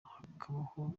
hakabaho